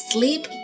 Sleep